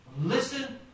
Listen